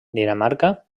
dinamarca